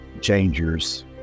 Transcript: changers